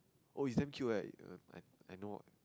oh it's damn cute eh I I know